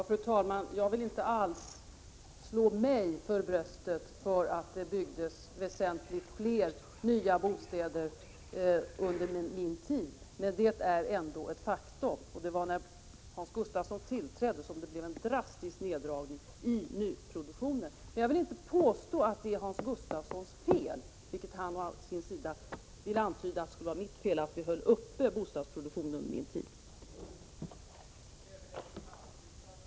Fru talman! Jag vill inte alls slå mig för bröstet för att det byggdes väsentligt fler nya bostäder under min tid. Men faktum är ändå att det var när Hans Gustafsson tillträdde som bostadsminister som det blev en drastisk neddragning av nyproduktionen. Jag vill dock inte påstå att det är Hans Gustafssons fel. Däremot noterar jag att han å sin sida vill antyda att det skulle vara mitt fel att bostadsproduktionen hölls nere under min tid.